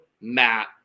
Matt